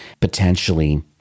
potentially